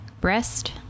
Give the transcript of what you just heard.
breast